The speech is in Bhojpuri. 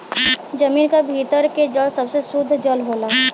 जमीन क भीतर के जल सबसे सुद्ध जल होला